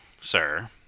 sir